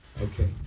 Okay